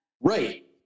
Right